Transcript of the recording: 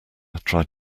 tried